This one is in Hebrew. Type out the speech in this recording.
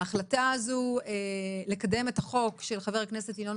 ההחלטה הזאת לקדם את החוק של חבר הכנסת ינון